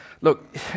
look